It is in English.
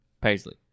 paisley